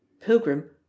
Pilgrim